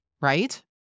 right